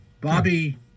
Bobby